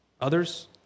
Others